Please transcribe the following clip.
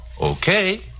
Okay